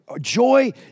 joy